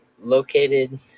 Located